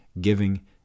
giving